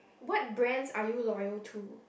what brands are you loyal to